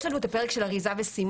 יש לנו את הפרק של אריזה וסימון.